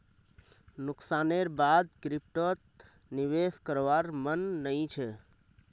नुकसानेर बा द क्रिप्टोत निवेश करवार मन नइ छ